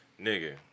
Nigga